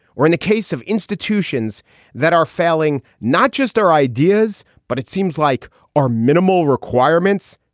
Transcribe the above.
or in the case of institutions that are failing, not just our ideas, but it seems like are minimal requirements.